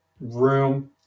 room